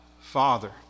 Father